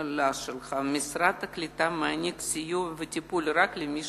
לשאלה שלך: משרד הקליטה מעניק סיוע וטיפול רק למי